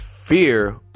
fear